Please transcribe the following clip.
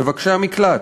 מבקשי המקלט.